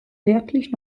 wirklich